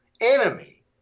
enemy